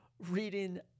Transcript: Reading